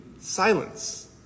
silence